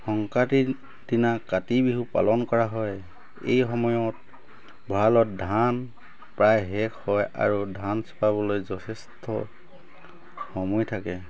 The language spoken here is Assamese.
সংক্ৰাতিৰ দিনা কাতি বিহু পালন কৰা হয় এই সময়ত ভঁৰালত ধান প্ৰায় শেষ হয় আৰু ধান চপাবলৈ যথেষ্ট সময় থাকে